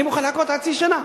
אני מוכן לחכות חצי שנה.